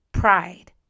Pride